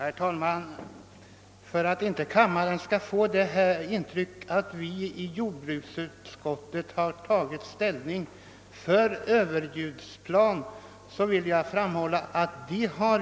Herr talman! För att kammaren inte skall få ett felaktigt intryck vill jag framhålla, att vi i jordbruksutskottet icke har tagit ställning för överljudsplan.